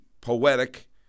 poetic